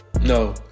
No